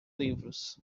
livros